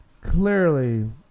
clearly